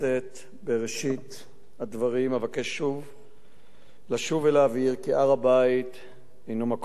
בראשית הדברים אבקש שוב לבוא ולהבהיר כי הר-הבית הינו מקום קדוש,